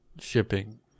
shipping